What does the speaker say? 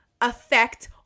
affect